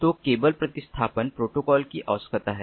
तो केबल प्रतिस्थापन प्रोटोकॉल की आवश्यक है